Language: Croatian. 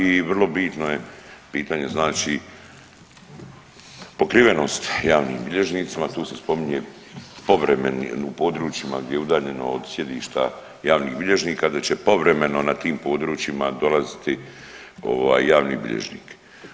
I vrlo bitno je pitanje znači pokrivenost javnim bilježnicima, tu se spominje povremeni u područjima gdje je udaljeno od sjedišta javnih bilježnika da će povremeno na tim područjima odlaziti javni bilježnik.